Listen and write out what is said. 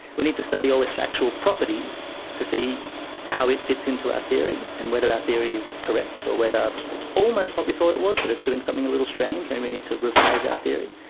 we need to study all its actual properties to see how it fits into our theory and whether our theory is correct or whether it's almost what we thought it was but it's doing something a little strange, maybe we need to revise our theory.